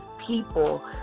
people